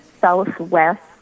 southwest